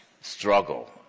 struggle